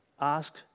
Ask